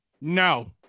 No